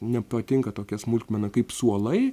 nepatinka tokia smulkmena kaip suolai